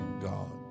God